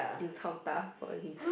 you chao tah for a